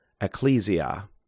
ecclesia